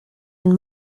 and